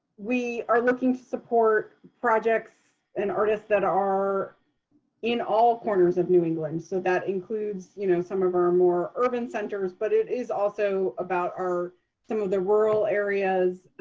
we are looking to support projects and artists that are in all corners of new england. so that includes you know some of our more urban centers, but it is also about some of the rural areas.